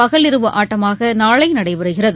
பகலிரவு ஆட்டமாகநாளைநடைபெறுகிறது